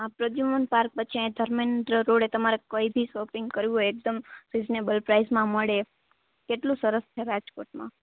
હા પ્રદિયુંમન પાર્ક પછી અઈયાં ધર્મેન્દ્ર રોડે તમારે કઈ ભી સોપીંગ કરવી હોય એક દમ રિઝનેબલ પ્રાઇઝમાં મળે કેટલું સરસ છે રાજકોટમાં